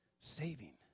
saving